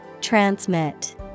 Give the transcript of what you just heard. transmit